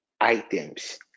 items